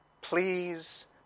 please